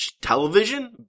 Television